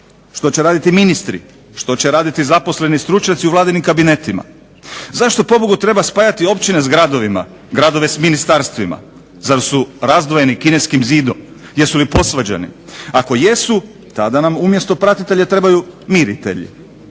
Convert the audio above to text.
Što će raditi ministri? Što će raditi zaposleni stručnjaci u vladinim kabinetima? Zašto pobogu treba spajati općine sa gradovima, gradove s ministarstvima? Zar su razdvojeni Kineskim zidom? Jesu li posvađani? Ako jesu tada nam umjesto pratitelja trebaju miritelji.